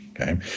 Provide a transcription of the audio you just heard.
okay